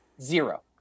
zero